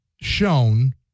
shown